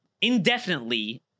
indefinitely